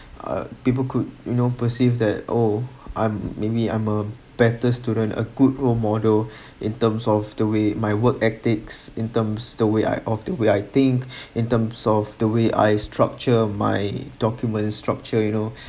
uh people could you know perceive that oh I'm maybe I'm a better student a good role model in terms of the way my work ethics in terms the way I of the way I think in terms of the way I structure my document structure you know